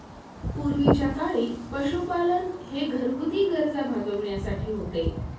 पूर्वीच्या काळी पशुपालन हे घरगुती गरजा भागविण्यासाठी होते